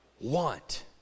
want